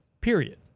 period